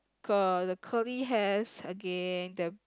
curl the curly hairs again the